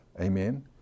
Amen